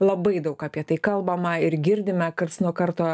labai daug apie tai kalbama ir girdime karts nuo karto